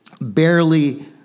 barely